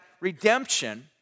redemption